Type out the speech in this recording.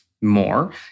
more